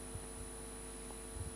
(אומר